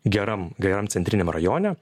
geram geram centriniame rajone